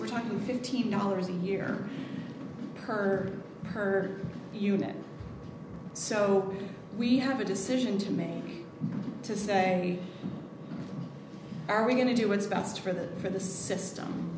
we're talking fifteen dollars a year per per unit so we have a decision to make to say are we going to do what's best for the for the system